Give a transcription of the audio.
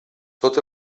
tot